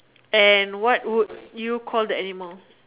and what would you call the animal